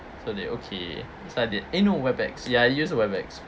so they okay so I did eh no Webex ya I used Webex